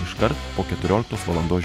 iškart po keturioliktos valandos žinių